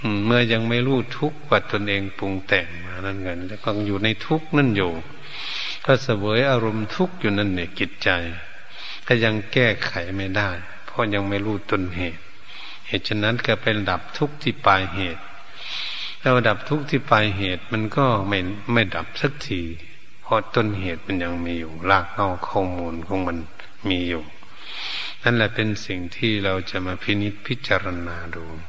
อืม เมื่อยังไม่รู้ทุกข์ว่าตนเองปรุงแต่งมานั่นไง แล้วก็อยู่ในทุกข์นั่นอยู่ ก็เสวยอารมณ์ทุกข์อยู่นั่นนี่ จิตใจก็ยังแก้ไขไม่ได้เพราะยังไม่รู้ต้นเหตุ เหตุฉะนั้นก็ไปดับทุกข์ที่ปลายเหตุ แล้วดับทุกข์ที่ปลายเหตุมันก็ไม่- ไม่ดับสักที เพราะต้นเหตุมันยังมีอยู่ รากเหง้าข้อมูลของมันมีอยู่ นั่นแหละเป็นสิ่งที่เราจะมาพินิจพิจารณาดู